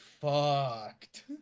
fucked